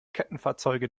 kettenfahrzeuge